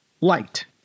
light